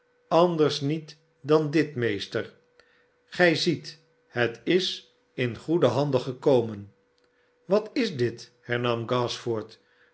anders niet dan dit meester gij ziet net is in goede handen gekomeru swat is dit hernara gashford